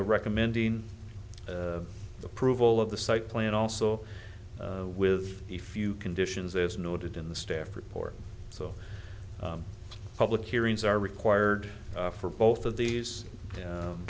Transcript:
recommending approval of the site plan also with a few conditions as noted in the staff report so public hearings are required for both of these